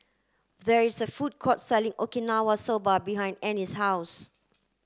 there is a food court selling Okinawa soba behind Annie's house